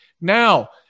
Now